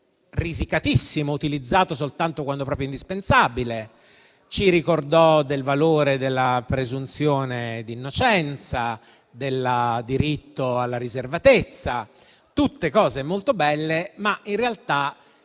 risicatissimo, impiegato soltanto quando proprio indispensabile. Ci ricordò del valore della presunzione di innocenza e del diritto alla riservatezza. Tutte cose molto belle, ma in realtà,